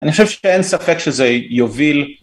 אני חושב שאין ספק שזה יוביל